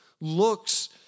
looks